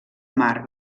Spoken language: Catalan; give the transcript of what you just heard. mar